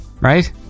right